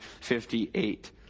58